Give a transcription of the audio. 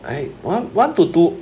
I want want to do